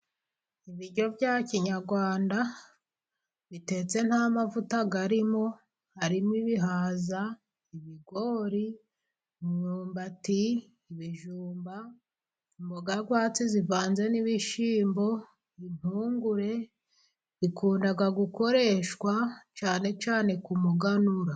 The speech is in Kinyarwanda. Ibiryo bya kinyarwanda bitetse nta mavuta arimo, harimo ibihaza, ibigori, imyumbati, ibijumba, imboga rwatsi zivanze n'ibishyimbo, impungure, bikunda gukoreshwa cyane cyane ku muganura.